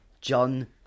John